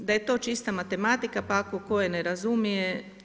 Da je to čista matematika, pa ako koje ne razumije.